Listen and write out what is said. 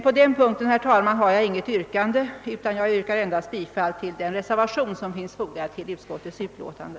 På denna punkt har jag emellertid inte något yrkande, herr talman, utan jag yrkar endast bifall till den reservation som finns fogad vid utskottets utlåtande.